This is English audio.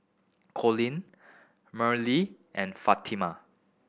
Colon Merrilee and Fatima